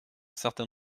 certain